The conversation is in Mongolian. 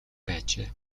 байжээ